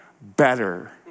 better